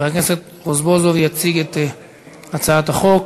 חבר הכנסת רזבוזוב יציג את הצעת החוק.